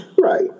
Right